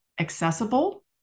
accessible